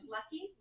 Lucky